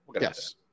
Yes